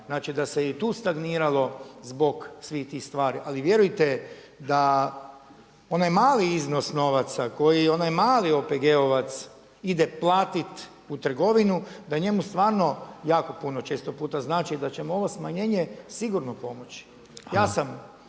znači da se je i tu stagniralo zbog svih tih stvari. Ali vjerujte da onaj mali iznos novaca koji onaj mali OPG-ovac ide platiti u trgovinu, da njemu stvarno jako puno često puta znači da će mu ovo smanjenje sigurno pomoći. Ja sam